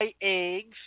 eggs